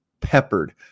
peppered